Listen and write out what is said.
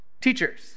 Teachers